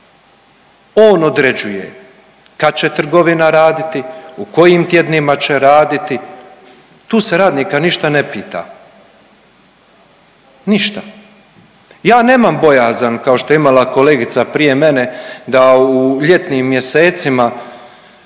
On određuje kad će trgovina raditi, u kojim tjednima će raditi, tu se radnika ništa ne pita, ništa. Ja nemam bojazan kao što je imala kolegica prije mene da u ljetnim mjesecima